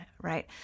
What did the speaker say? right